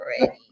ready